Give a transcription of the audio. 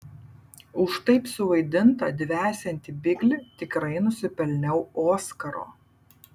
už taip suvaidintą dvesiantį biglį tikrai nusipelniau oskaro